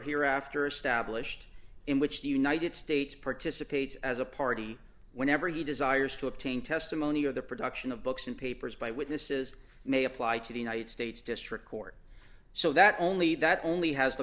hereafter established in which the united states participates as a party whenever he desires to obtain testimony or the production of books and papers by witnesses may apply to the united states district court so that only that only has the